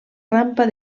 rampa